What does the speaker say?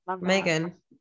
Megan